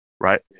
right